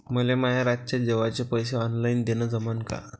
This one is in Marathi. मले माये रातच्या जेवाचे पैसे ऑनलाईन देणं जमन का?